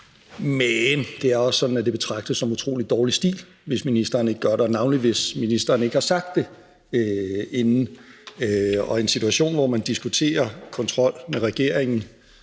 Men det er også sådan, at det betragtes som utrolig dårlig stil, hvis ministeren ikke gør det, og navnlig hvis ministeren ikke har sagt det inden. Og i en situation, hvor man diskuterer kontrol med regeringen,